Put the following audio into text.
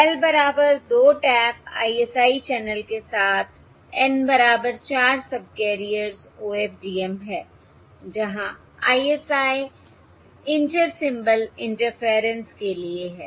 L बराबर 2 tap ISI channel के साथ N बराबर 4 सबकैरियर्स OFDM है जहाँ ISI इंटर सिंबल इंटरफेरेंस के लिए है